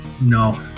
No